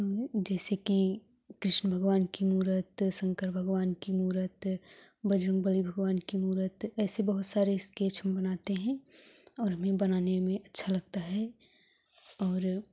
जैसे कि कृष्ण भगवान की मूरत शंकर भगवान की मूरत बजरंगबली भगवान की मूरत ऐसे बहुत सारे स्केच हम बनाते हैं और हमें बनाने में अच्छा लगता है और